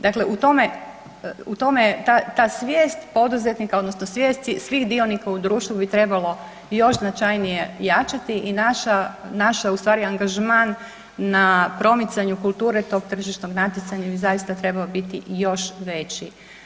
Dakle, u tome je ta svijest poduzetnika odnosno svijest svih dionika u društvu bi trebalo još značajnije jačati i naša ustvari angažman na promicanju kulture tog tržišnog natjecanja bi zaista trebao biti još veći.